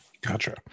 Gotcha